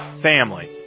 Family